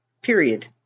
Period